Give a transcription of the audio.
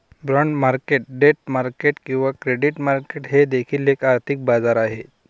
bond market debt market किंवा credit market हे देखील एक आर्थिक बाजार आहे